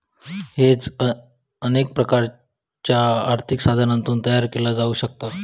hedge अनेक प्रकारच्यो आर्थिक साधनांतून तयार केला जाऊ शकता